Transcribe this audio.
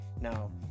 Now